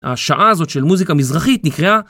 השעה הזאת של מוזיקה מזרחית נקראה...